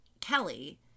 Kelly